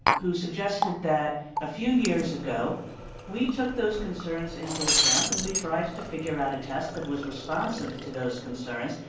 who suggested that a few years ago we took those concerns into account and we tried to figure out a test that was responsive to those concerns,